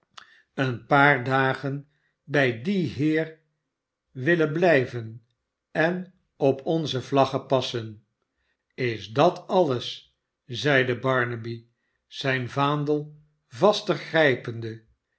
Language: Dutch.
een paar dagen bij dien heer willen blijven en op onze vlaggen passen is dat alles zeide barnaby zijn vaandel vaster grijpende